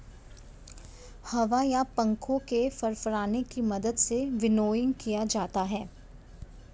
हवा या पंखों के फड़फड़ाने की मदद से विनोइंग किया जाता है